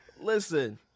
Listen